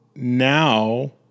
Now